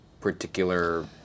particular